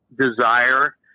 desire